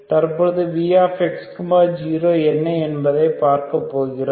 தற்பொழுது vx 0என்ன என்பதை பார்க்கப்போகிறோம்